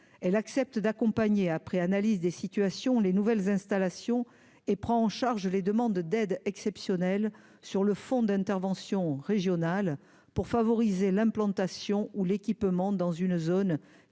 elle accepte d'accompagner après analyse des situations, les nouvelles installations et prend en charge les demandes d'aide exceptionnelle sur le fonds d'intervention régional pour favoriser l'implantation ou l'équipement dans une zone qui